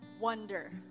wonder